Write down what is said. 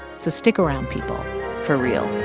so stick around, people for real